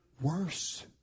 Worse